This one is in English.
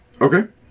Okay